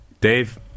Dave